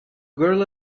girl